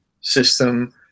system